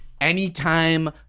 anytime